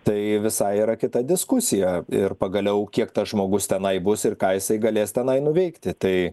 tai visai yra kita diskusija ir pagaliau kiek tas žmogus tenai bus ir ką jisai galės tenai nuveikti tai